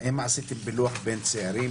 האם עשיתם פילוח בין צעירים,